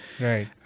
Right